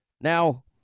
Now